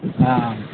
आं